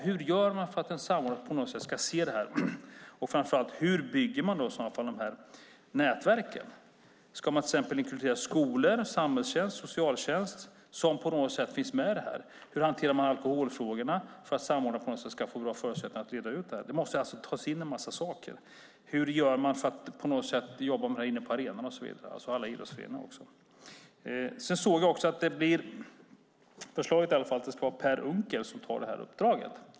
Hur gör man för att en samordnare på något sätt ska se det här och framför allt, hur bygger man i så fall de här nätverken? Ska man till exempel inkludera skolor, samhällstjänst och socialtjänst så att de på något sätt finns med? Hur hanterar man alkoholfrågorna för att samordnaren ska få förutsättningar att reda ut det här? Det måste alltså tas in en massa saker. Hur gör man för att jobba med detta inne på arenorna och i idrottsföreningarna? Jag såg också att förslaget är att Per Unckel tar uppdraget.